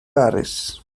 baris